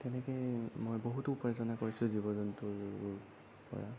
তেনেকৈ মই বহুতো উপাৰ্জন কৰিছোঁ জীৱ জন্তুৰ পৰা